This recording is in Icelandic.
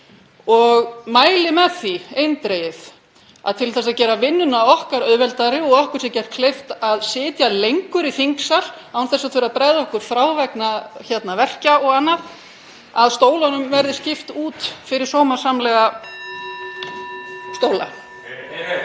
Ég mæli því eindregið með því að til þess að gera vinnuna okkar auðveldari og gera okkur kleift að sitja lengur í þingsal án þess að þurfa að bregða okkur frá vegna verkja og annars, að stólunum verði skipt út fyrir sómasamlega stóla.